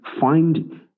Find